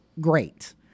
great